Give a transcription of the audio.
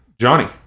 johnny